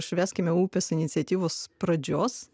švęskime upes iniciatyvos pradžios